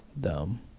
Dumb